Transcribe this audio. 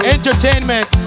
Entertainment